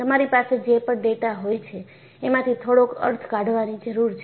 તમારી પાસે જે પણ ડેટા હોય છે એમાંથી થોડોક અર્થ કાઢવાની જરૂર છે